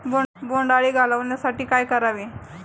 बोंडअळी घालवण्यासाठी काय करावे?